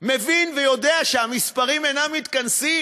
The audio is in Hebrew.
ומבין ויודע שהמספרים אינם מתכנסים.